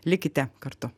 likite kartu